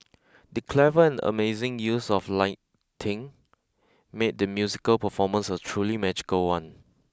the clever and amazing use of lighting made the musical performance a truly magical one